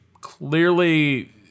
clearly